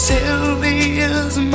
Sylvia's